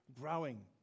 growing